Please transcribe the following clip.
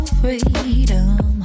freedom